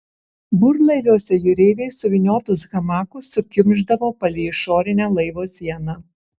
burlaiviuose jūreiviai suvyniotus hamakus sukimšdavo palei išorinę laivo sieną